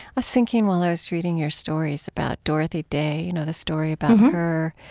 was thinking while i was reading your stories about dorothy day, you know, the story about her